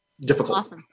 difficult